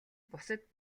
бусад